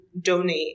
donate